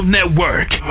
Network